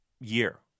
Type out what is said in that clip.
year